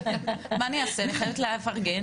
מה אני אעשה אני חייבת לפרגן.